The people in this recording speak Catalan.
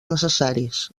necessaris